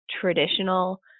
traditional